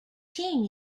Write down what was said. teen